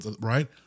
Right